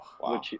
wow